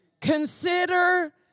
Consider